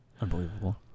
Unbelievable